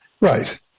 Right